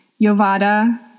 Yovada